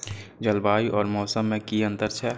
जलवायु और मौसम में कि अंतर छै?